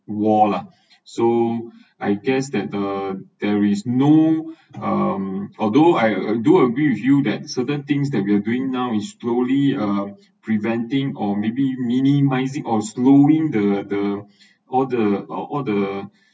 war lah so I guessed that uh there is no um although I do agree with you that certain things that we're doing now is slowly uh preventing or maybe minimising or slowing the the all the all the